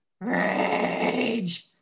Rage